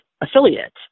affiliate